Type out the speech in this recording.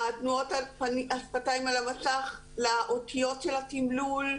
תנועות השפתיים על המסך לאותיות התמלול,